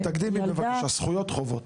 תגדירי בבקשה זכויות וחובות,